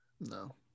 No